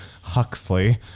Huxley